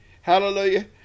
Hallelujah